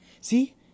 see